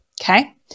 Okay